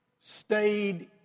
stayed